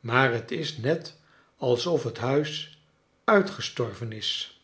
maar t is net alsof het huis uitgestorven is